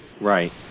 Right